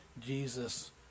Jesus